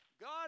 God